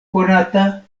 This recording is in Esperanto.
konata